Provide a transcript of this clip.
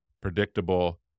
predictable